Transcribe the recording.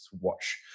watch